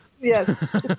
Yes